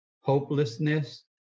hopelessness